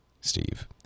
steve